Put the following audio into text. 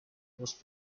was